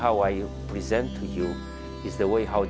how are you present you is the way how